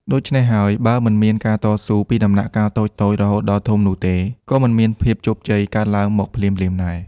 ដូច្នេះហើយ បើមិនមានការតស៊ូពីដំណាក់កាលតូចៗ រហូតដល់ធំនោះទេ ក៏មិនមានភាពជោគជ័យកើតឡើងមកភ្លាមៗដែរ។